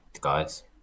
guys